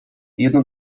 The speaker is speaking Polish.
jedno